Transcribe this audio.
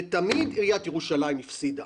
ותמיד עיריית ירושלים הפסידה,